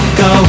go